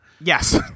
Yes